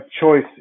choice